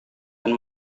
dan